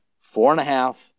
four-and-a-half